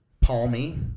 Palmy